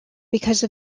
because